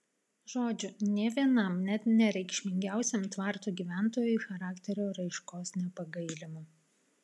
žodžiu nė vienam net nereikšmingiausiam tvarto gyventojui charakterio raiškos nepagailima